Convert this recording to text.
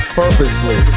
purposely